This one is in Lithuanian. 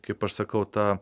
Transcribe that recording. kaip aš sakau ta